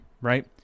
right